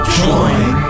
join